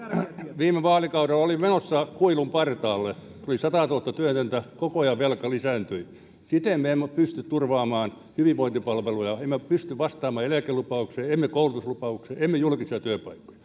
viime vaalikaudella oltiin menossa kuilun partaalle tuli satatuhatta työtöntä koko ajan velka lisääntyi siten me emme pysty turvaamaan hyvinvointipalveluja emme pysty vastaamaan eläkelupaukseen emme koulutuslupaukseen emme turvaamaan julkisia työpaikkoja